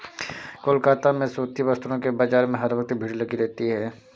कोलकाता में सूती वस्त्रों के बाजार में हर वक्त भीड़ लगी रहती है